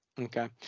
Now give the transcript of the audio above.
Okay